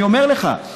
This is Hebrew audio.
אני אומר לך,